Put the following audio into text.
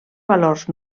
valors